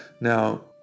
Now